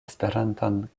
esperanton